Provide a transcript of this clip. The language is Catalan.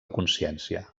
consciència